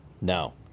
No